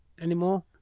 anymore